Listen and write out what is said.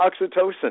oxytocin